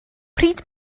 pryd